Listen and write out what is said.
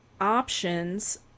options